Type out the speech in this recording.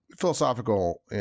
philosophical